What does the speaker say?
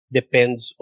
depends